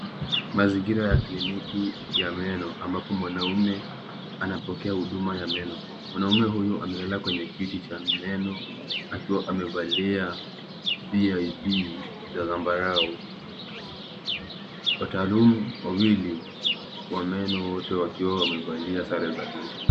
Mazingira ya kliniki ya meno, ambapo mwanaume anapokea huduma ya meno. Mwanaume huyo amelala kwenye kiti cha meno akiwa amevalia BID[cd] za zambarau. Wataalumu wawili wa meno, wote wakiwa wamevalia sare za bluu.